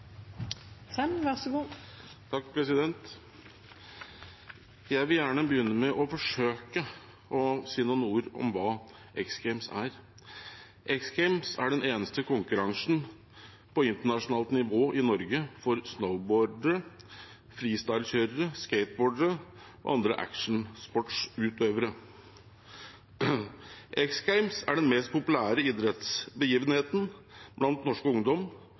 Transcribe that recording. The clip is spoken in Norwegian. Jeg vil gjerne begynne med å forsøke å si noen ord om hva X Games er. X Games er den eneste konkurransen på internasjonalt nivå i Norge for snowboardere, freestylekjørere, skateboardere og andre actionsportsutøvere. X Games er den mest populære idrettsbegivenheten blant